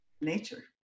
nature